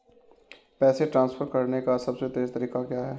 पैसे ट्रांसफर करने का सबसे तेज़ तरीका क्या है?